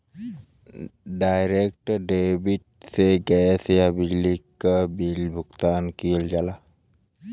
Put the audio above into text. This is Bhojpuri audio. डायरेक्ट डेबिट से गैस या बिजली क बिल भुगतान किहल जाला